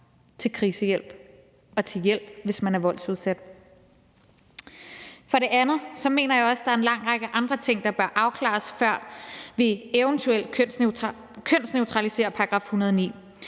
til krisehjælp og til hjælp, hvis de er voldsudsatte. For det andet mener jeg også, at der er en lang række andre ting, der bør afklares, før vi eventuelt kønsneutraliserer § 109.